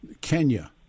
Kenya